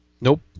Nope